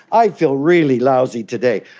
i feel really lousy today.